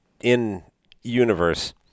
in-universe